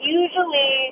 usually